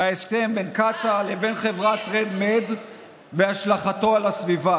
מהסכם בין קטאר לבין חברת Red-Med והשלכתו על הסביבה.